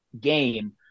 game